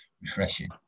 refreshing